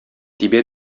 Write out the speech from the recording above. тибә